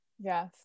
yes